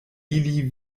ili